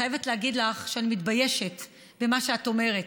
אני חייבת להגיד לך שאני מתביישת במה שאת אומרת.